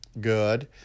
good